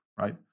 right